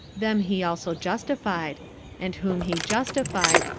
them he also justified and whom he justified,